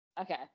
Okay